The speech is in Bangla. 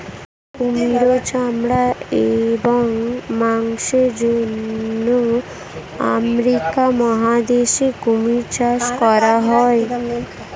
কুমিরের চামড়া এবং মাংসের জন্য আমেরিকা মহাদেশে কুমির চাষ করা হয়